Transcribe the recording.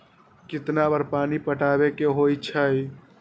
कितना बार पानी पटावे के होई छाई?